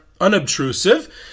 unobtrusive